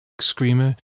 screamer